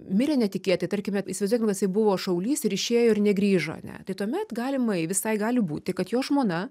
mirė netikėtai tarkime įsivaizduokim kad jisai buvo šaulys ir išėjo ir negrįžo ane tai tuomet galimai visai gali būti kad jo žmona